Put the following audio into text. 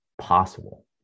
possible